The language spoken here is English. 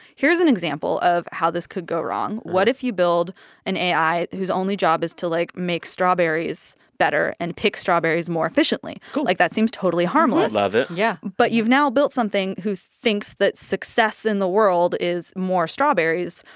here's an example of how this could go wrong. what if you build an ai whose only job is to, like, make strawberries better and pick strawberries more efficiently? cool like, that seems totally harmless love it yeah but you've now built something who thinks that success in the world is more strawberries.